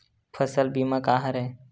फसल बीमा का हरय?